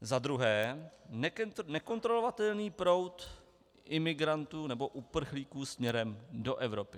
Za druhé, nekontrolovatelný proud imigrantů nebo uprchlíků směrem do Evropy.